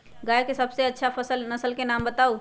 गाय के सबसे अच्छा नसल के नाम बताऊ?